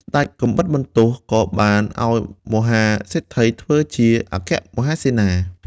ស្ដេចកាំបិតបន្ទោះក៏បានឱ្យមហាសេដ្ឋីធ្វើជាអគ្គមហាសេនា។